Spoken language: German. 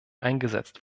eingesetzt